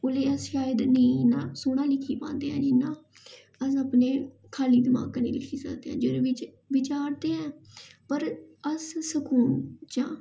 ओल्लै अस शायद नेईं इन्ना सोह्ना लिखी पांदे ऐ जिन्ना अस अपने खाल्ली दिमाग कन्नै लिखी सकदे आं जेह्दे बिच्च बिचार ते हैन पर अस सकून च आं